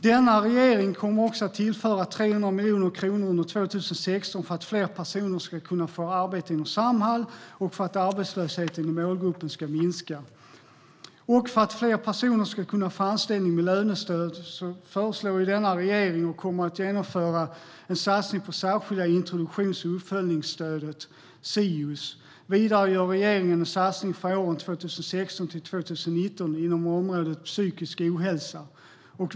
Den här regeringen kommer också att tillföra 300 miljoner kronor under 2016 för att fler personer ska kunna få arbete inom Samhall och för att arbetslösheten i målgruppen ska minska. För att fler personer ska kunna få en anställning med lönestöd föreslår regeringen vidare en satsning på det särskilda introduktions och uppföljningsstödet, Sius, vilken kommer att genomföras. Vidare gör regeringen en satsning för åren 2016-2019 inom området psykisk ohälsa.